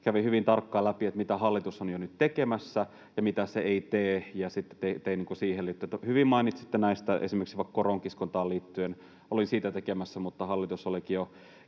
kävin hyvin tarkkaan läpi, mitä hallitus on jo nyt tekemässä ja mitä se ei tee, ja sitten tein siihen liittyen. Hyvin mainitsitte näistä esimerkiksi vaikka koronkiskontaan liittyen. Olin siitä tekemässä, mutta hallitus olikin jo